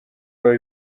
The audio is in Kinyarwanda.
baba